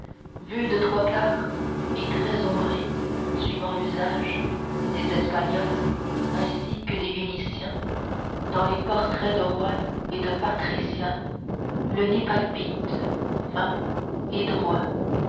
vu de trois quarts et très ombré suivant l'usage des espagnols ainsi que des vénitiens dans les portraits de rois et de praticiens le nez palpite fin et droit